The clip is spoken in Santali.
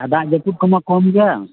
ᱟᱨ ᱫᱟᱜ ᱡᱟᱹᱯᱩᱫ ᱠᱚᱢᱟ ᱠᱚᱢ ᱜᱮᱭᱟ